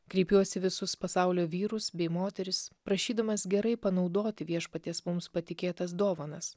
kreipiuosi į visus pasaulio vyrus bei moteris prašydamas gerai panaudoti viešpaties mums patikėtas dovanas